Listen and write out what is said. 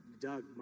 Doug